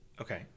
Okay